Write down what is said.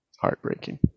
heartbreaking